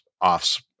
offs